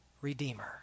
Redeemer